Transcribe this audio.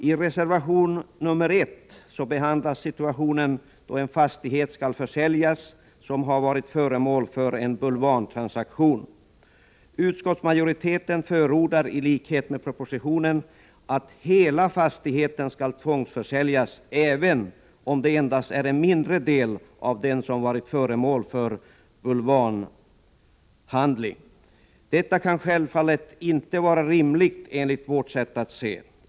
I reservation nr 1 behandlas situationen då en fastighet skall försäljas som har varit föremål för en bulvantransaktion. Utskottsmajoriteten förordar, i likhet med regeringen i denna proposition, att hela fastigheten skall tvångsförsäljas även om det endast är en mindre del av den som varit föremål för bulvanhandling. Detta kan självfallet inte vara rimligt, enligt vårt sätt att se.